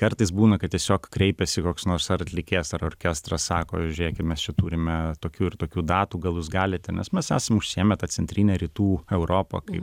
kartais būna kad tiesiog kreipiasi koks nors ar atlikėjas ar orkestras sako žiūrėkit mes čia turime tokių ir tokių datų gal jūs galite nes mes esam užsiėmę tą centrinę rytų europą kaip